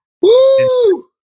Woo